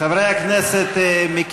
חברי הכנסת, אני מבקש לשבת.